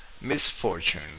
misfortune